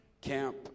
Camp